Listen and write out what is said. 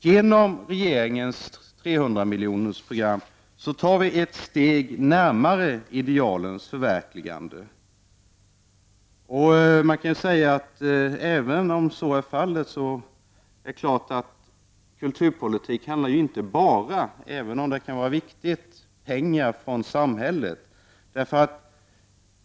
Genom regeringens trehundramiljonersprogram tas ett steg närmare idealens förverkligande. Även om så är fallet handlar ju kulturpolitik inte bara om pengar från samhället, även om de är viktiga.